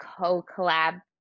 co-collab